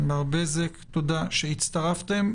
תודה שהצטרפתם.